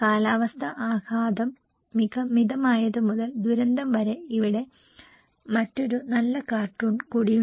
കാലാവസ്ഥാ ആഘാതം മിതമായത് മുതൽ ദുരന്തം വരെ ഇവിടെ മറ്റൊരു നല്ല കാർട്ടൂൺ കൂടിയുണ്ട്